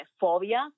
phobia